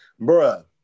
bruh